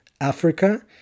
Africa